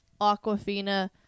Aquafina